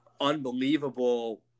unbelievable